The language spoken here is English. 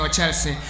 Chelsea